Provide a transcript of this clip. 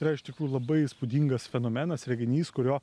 yra iš tikrųjų labai įspūdingas fenomenas reginys kurio